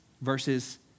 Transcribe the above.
versus